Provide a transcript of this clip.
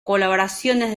colaboraciones